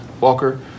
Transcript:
Walker